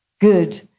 good